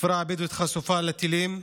החברה הבדואית חשופה לטילים.